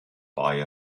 buy